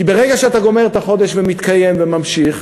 כי ברגע שאתה גומר את החודש ומתקיים וממשיך,